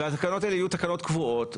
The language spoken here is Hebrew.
התקנות האלה יהיו תקנות קבועות,